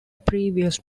previous